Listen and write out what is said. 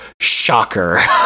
Shocker